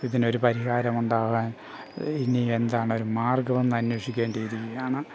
ഇതിന് ഒരു പരിഹാരമുണ്ടാകാൻ ഇനി എന്താണ് ഒരു മാർഗ്ഗമെന്ന് അന്വേഷിച്ചു കൊണ്ടിരിക്കുകയാണ്